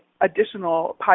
additional